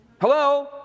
Hello